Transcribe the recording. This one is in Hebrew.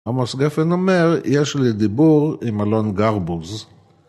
עמוס גפן אומר, יש לי דיבור עם אלון גרבוז.